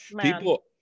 people